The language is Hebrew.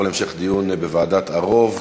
תעבור להמשך דיון בוועדת ערו"ב.